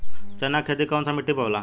चन्ना के खेती कौन सा मिट्टी पर होला?